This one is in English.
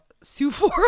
Sephora